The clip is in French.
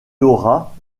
laura